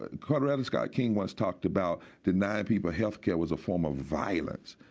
ah coretta scott king once talked about denying people healthcare was a form of violence.